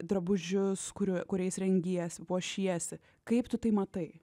drabužius kurie kuriais rengiesi puošiesi kaip tu tai matai